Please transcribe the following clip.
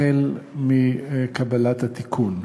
החל בקבלת התיקון.